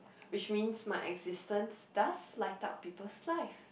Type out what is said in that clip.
which means my existence does light up peoples' life